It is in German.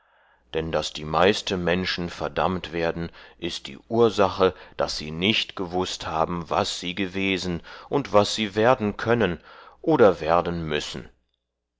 dann daß die meiste menschen verdammt werden ist die ursache daß sie nicht gewußt haben was sie gewesen und was sie werden können oder werden müssen